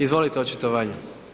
Izvolite, očitovanje.